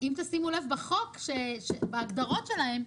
אם תשימו לב בהגדרות שלהם,